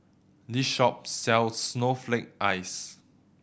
this shop sells snowflake ice